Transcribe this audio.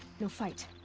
no fight.